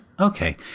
Okay